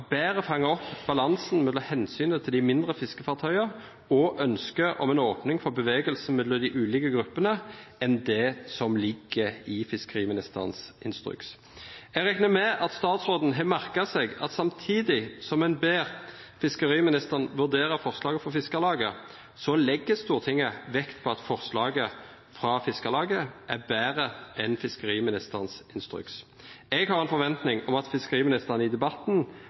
betre fangar opp balansen mellom omsynet til dei mindre fiskarfartøya og ønsket om ei opning for bevegelse mellom dei ulike gruppene, enn det som ligg i fiskeriministerens instruks. Eg reknar med at statsråden har merka seg at samtidig som ein ber fiskeriministeren vurdera forslaget frå Fiskarlaget, legg Stortinget vekt på at forslaget frå Fiskarlaget er betre enn fiskeriministerens instruks. Eg har ei forventing om at fiskeriministeren i debatten